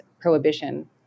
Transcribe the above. prohibition